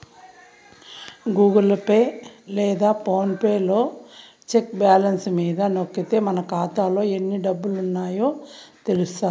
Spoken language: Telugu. గూగుల్ పే లేదా ఫోన్ పే లలో సెక్ బ్యాలెన్స్ మీద నొక్కితే మన కాతాలో ఎన్ని డబ్బులుండాయో తెలస్తాది